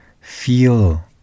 feel